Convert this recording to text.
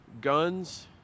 Guns